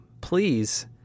please